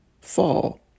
fall